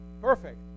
perfect